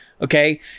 okay